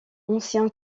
ancien